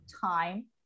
time